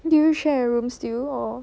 do you share room still or